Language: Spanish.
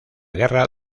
guerra